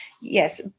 yes